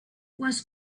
was